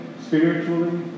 spiritually